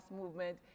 movement